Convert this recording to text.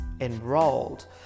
enrolled